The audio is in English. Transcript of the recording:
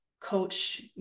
coach